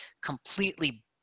completely